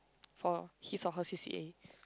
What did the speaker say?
for his or her c_c_a